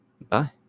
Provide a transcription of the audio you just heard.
Bye